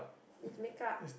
it's makeup